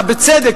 בצדק,